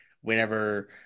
whenever